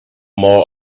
more